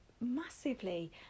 massively